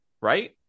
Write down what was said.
right